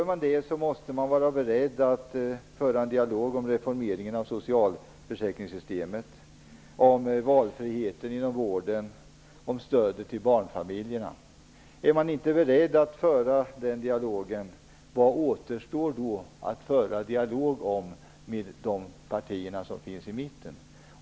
Om man gör det måste man vara beredd att föra en dialog om reformeringen av socialförsäkringssystemet, om valfriheten inom vården och om stödet till barnfamiljerna. Men om man inte är beredd att föra den dialogen, undrar jag vad som återstår att föra dialog om med mittenpartierna.